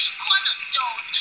cornerstone